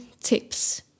tips